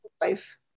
life